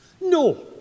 No